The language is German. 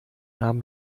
nahm